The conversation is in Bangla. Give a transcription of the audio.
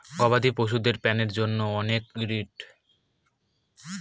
গবাদি পশুদের পন্যের জন্য অনেক ব্রিড হয় যেমন দেশি গরু, জার্সি ইত্যাদি